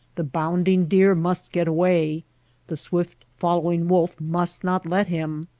the bounding deer must get away the swift-following wolf must not let him.